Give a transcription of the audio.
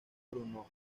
bruno